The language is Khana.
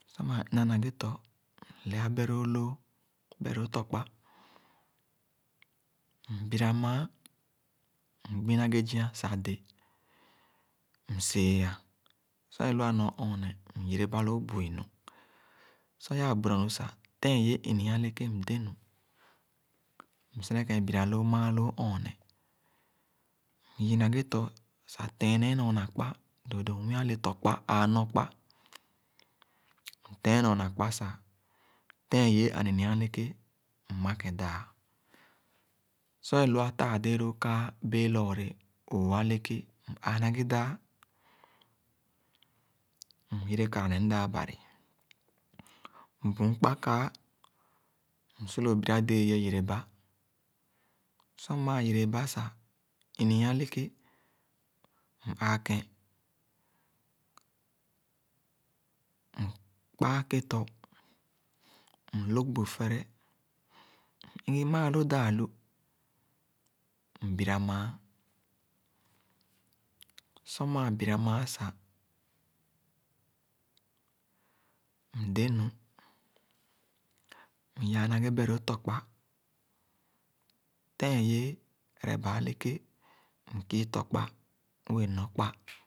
Sor mãã ina na ghe tɔ, mleah, mgbi na ghe zia sah de, msee-a. Sor é lua nɔr ɔɔneh, myereba loo buri nu. Sor i-aa buira nu sah, tẽẽn-ye ini-ii eleké mde-nu. Msi neekẽn bira loo mãã loo ɔɔneh, myii na ghe tɔ sah tẽẽnẽẽ nɔr na kpa dordo nwii ale tɔkpa, aa nɔ kpa. Mteenɔr na kpa sah, tẽẽnyẽẽ aninya- eleké, mmaken daa Sor é lua tãã- déé loo kaa bẽẽ lɔɔre ooh-ooh deké, m-aa na ghe daa, myere kara ne mdaa bari. Mbüün kpa kaa, msu lo bira-déé ye-yereba. Sor man yereyeba sah, nyi-a eleké, m-ãã kẽn, mkpara keto, mlog bu fere, m-igi maaló daa-lu, mbira mããn. Sor maa bira mããn sah, mdẽ-nu, myãã na ghe beh-lov tɔkpa. Tẽẽnyẽẽ ereba eleké, mkii tɔkpa wẽẽ nɔr kpa.